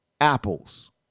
Apples